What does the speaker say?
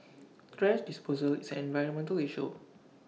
thrash disposal is an environmental issue